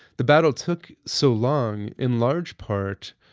the battle took so long in large part,